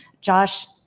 Josh